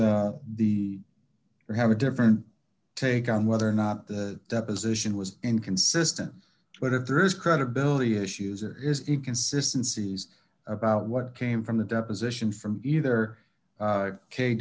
that the you have a different take on whether or not the deposition was inconsistent but if there is credibility issues or is in consistencies about what came from the deposition from either